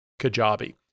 Kajabi